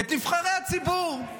את נבחרי הציבור.